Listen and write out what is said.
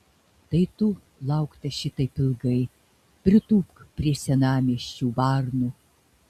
tai tu lauktas šitaip ilgai pritūpk prie senamiesčių varnų